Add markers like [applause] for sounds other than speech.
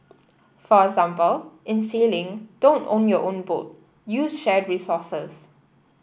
[noise] for example in sailing don't own your own boat use shared resources